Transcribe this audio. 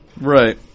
right